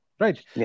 Right